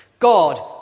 God